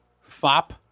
fop